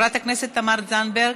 חברת הכנסת תמר זנדברג,